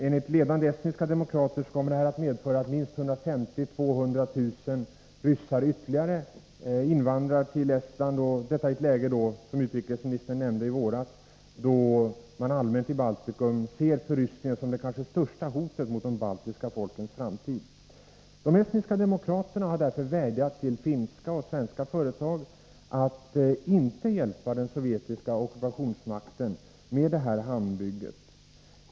Enligt ledande estniska demokrater kommer det att medföra att ytterligare minst 150 000-200 000 ryssar invandrar till Estland, detta i ett läge då man i Baltikum — som utrikesministern nämnde i våras — allmänt ser förryskningen som det största hotet mot de baltiska folkens framtid. De estniska demokraterna har därför vädjat till finska och svenska företag att inte hjälpa den sovjetiska ockupationsmakten med detta hamnbygge.